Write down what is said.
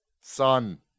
Sun